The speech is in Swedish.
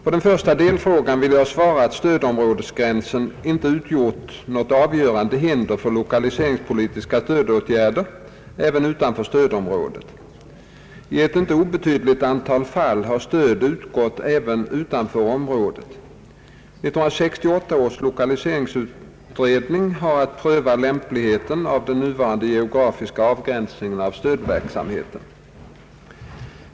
På den första delfrågan vill jag svara, att stödområdesgränsen inte utgjort något avgörande hinder för lokaliseringspolitiska stödåtgärder även utanför stödområdet. I ett inte obetydligt antal fall har stöd utgått även utanför området. 1968 års lokaliseringsutredning har att pröva lämpligheten av den nuvarande geografiska avgränsningen för stödverksamheten.